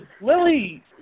Lily